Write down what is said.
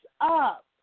up